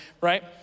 right